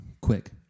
quick